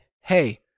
hey